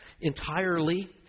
entirely